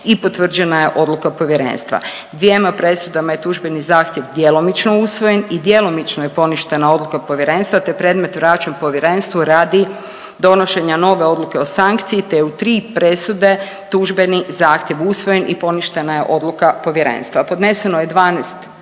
i potvrđena je odluka Povjerenstva, dvjema presudama je tužbeni zahtjev djelomično usvojen i djelomično je poništena odluka Povjerenstva te je predmet vraćen Povjerenstvu radi donošenja nove odluke o sankciji te je u tri presude tužbeni zahtjev usvojen i poništena je odluka Povjerenstva. Podneseno je 12